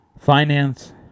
finance